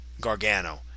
Gargano